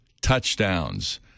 touchdowns